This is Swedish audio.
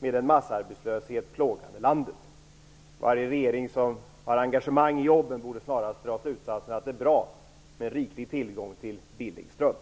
med en massarbetslöshet plågande landet. Varje regering som har engagemang i jobben borde snarast dra slutsatsen att det är bra med riklig tillgång till billig ström.